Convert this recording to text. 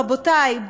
רבותי,